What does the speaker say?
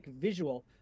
visual